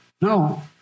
No